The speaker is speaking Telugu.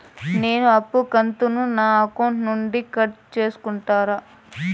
నేను అప్పు కంతును నా అకౌంట్ నుండి కట్ సేసుకుంటారా?